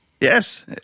Yes